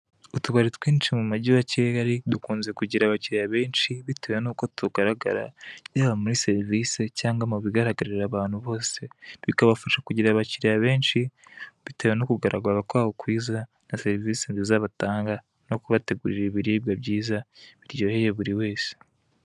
Utubari twinshi mu mugi wa Kigali dukunze kugira abakiriya benshi, bitewe n'uko tugaragara, yaba muri serivise cyangwa mu bigaragarira abantu bose, bikabafasha kugira abakiriya benshi, bitewe no kugaragara kwaho kwiza, na serivise nziza batanga, no kubategurira ibiribwa byiza biryoheye buri wese.